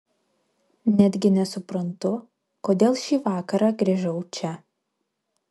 netgi nesuprantu kodėl šį vakarą grįžau čia